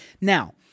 Now